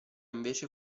invece